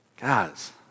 Guys